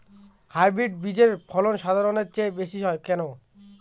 Hybrid বীজের ফলন সাধারণের চেয়ে বেশী হয় কেনো?